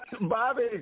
Bobby